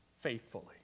faithfully